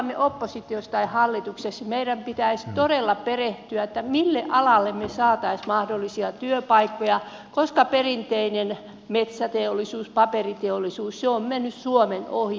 olimmepa oppositiossa tai hallituksessa meidän pitäisi todella perehtyä mille alalle me saisimme mahdollisia työpaikkoja koska perinteiset metsäteollisuus ja paperiteollisuus ovat menneet suomen ohi